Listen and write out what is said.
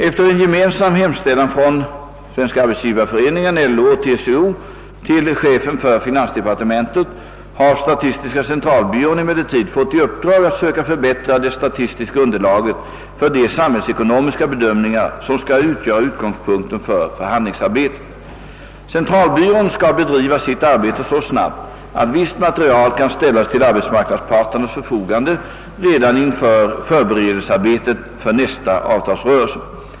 Efter en gemensam hemställan från SAF, LO och TCO till chefen för finansdepartementet har statistiska centralbyrån emellertid fått i uppdrag att söka förbättra det statistiska underlaget för de samhällsekonomiska bedömningar "som skall utgöra utgångspunkten för förhandlingsarbetet. Centralbyrån skall bedriva sitt arbete så snabbt att visst material kan ställas till arbetsmark 'nadsparternas förfogande redan inför "förberedelsearbetet för nästa avtalsrörelse.